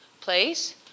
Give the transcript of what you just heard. place